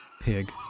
pig